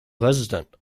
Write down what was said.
resident